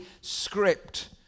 script